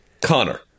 Connor